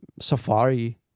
Safari